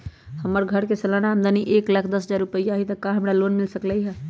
हमर घर के सालाना आमदनी एक लाख दस हजार रुपैया हाई त का हमरा लोन मिल सकलई ह?